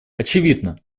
очевидно